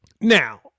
Now